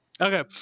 Okay